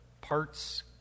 parts